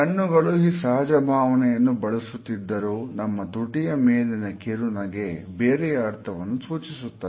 ಕಣ್ಣುಗಳು ಈ ಸಹಜ ಭಾವನೆಯನ್ನು ಬಳಸುತ್ತಿದ್ದರು ನಮ್ಮ ತುಟಿಯ ಮೇಲಿನ ಕಿರುನಗೆ ಬೇರೆಯ ಅರ್ಥವನ್ನು ಸೂಚಿಸುತ್ತದೆ